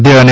મધ્ય અને